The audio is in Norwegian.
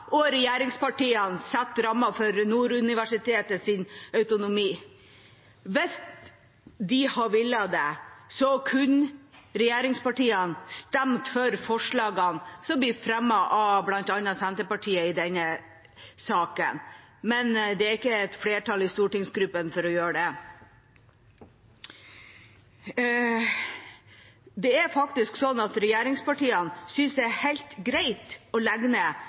og regjeringspartiene sette rammer for autonomien til Nord universitet. Hvis de hadde villet, kunne regjeringspartiene stemt for forslagene som blir fremmet av bl.a. Senterpartiet i denne saken, men det er ikke flertall i stortingsgruppene for å gjøre det. Det er faktisk sånn at regjeringspartiene synes det er helt greit å legge ned